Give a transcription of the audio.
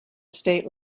state